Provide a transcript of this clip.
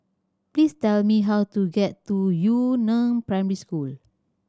please tell me how to get to Yu Neng Primary School